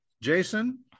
Jason